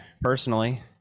personally